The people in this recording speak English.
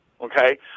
Okay